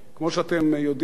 כמו שאתם יודעים,